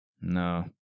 No